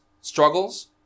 struggles